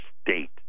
state